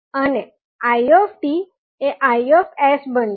અને it એ Is બનશે